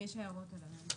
אם יש הערות על זה.